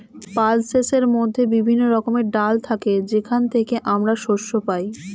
পালসেসের মধ্যে বিভিন্ন রকমের ডাল থাকে যেখান থেকে আমরা শস্য পাই